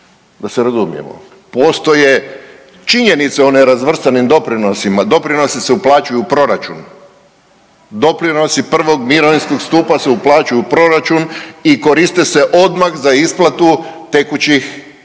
Da se razumijemo. Postoje činjenice o nerazvrstanim doprinosima, doprinosi se uplaćuju u proračun, doprinosi prvog mirovinskog stupa se uplaćuju u proračun i koriste se odmah za isplatu tekućih mirovina.